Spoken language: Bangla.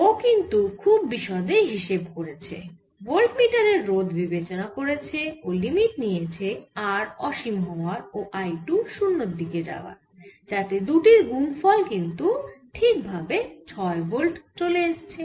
ও কিন্তু খুব বিশদে হিসেব করেছে ভোল্ট মিটারের রোধ বিবেচনা করেছে ও লিমিট নিয়েছে R অসীম হওয়ার ও I2 শুন্যের দিকে যাওয়ার যাতে দুটির গুণফল কিন্তু ঠিক ভাবে 6 ভোল্ট চলে এসছে